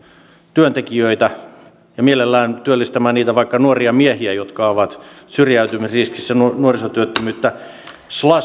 työntekijöitä ja mielellään työllistämään vaikka niitä nuoria miehiä jotka ovat syrjäytymisriskissä ehkäistä nuorisotyöttömyyttä slush